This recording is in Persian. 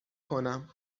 کنم